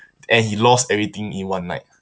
and he lost everything in one night